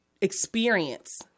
experience